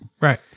right